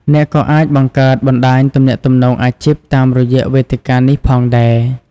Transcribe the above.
អ្នកក៏អាចបង្កើតបណ្ដាញទំនាក់ទំនងអាជីពតាមរយៈវេទិកានេះផងដែរ។